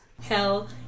Hell